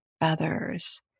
feathers